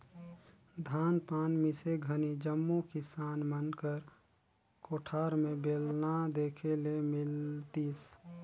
धान पान मिसे घनी जम्मो किसान मन कर कोठार मे बेलना देखे ले मिलतिस